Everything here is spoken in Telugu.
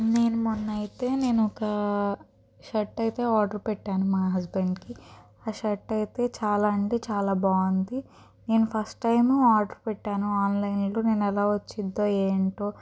నేను మొన్న అయితే నేను ఒక షర్ట్ అయితే ఆర్డర్ పెట్టాను మా హస్బెండ్కి ఆ షర్ట్ అయితే చాలా అంటే చాలా బాగుంది నేను ఫస్ట్ టైం ఆర్డర్ పెట్టాను ఆన్లైన్లో నేను ఎలా వచ్చిదో ఏంటో